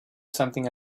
something